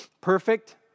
perfect